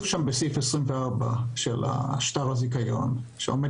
בסעיף 24 של שטר הזיכיון הקיים,